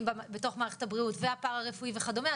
בתוך מערכת הבריאות והפרה- רפואי וכדומה,